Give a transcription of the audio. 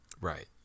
Right